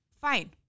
fine